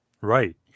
Right